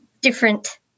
different